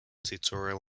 tutorial